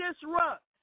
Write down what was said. disrupt